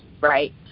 right